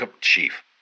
Chief